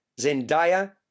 zendaya